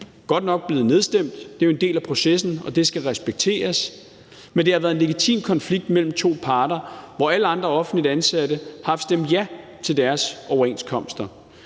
De er godt nok blevet nedstemt. Det er jo en del af processen, og det skal respekteres, men det har været en legitim konflikt mellem to parter, hvor alle andre offentligt ansatte har stemt ja til deres overenskomster.